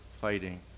fighting